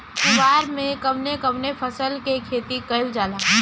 कुवार में कवने कवने फसल के खेती कयिल जाला?